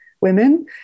women